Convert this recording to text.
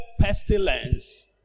pestilence